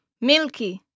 Milky